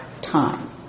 time